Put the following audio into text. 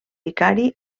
vicari